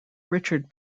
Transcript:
richard